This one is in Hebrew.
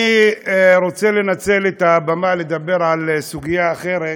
אני רוצה לנצל את הבמה לדבר על סוגיה אחרת.